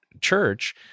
church